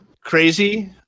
crazy